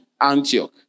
Antioch